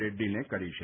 રેડ્ડી ને કરી છે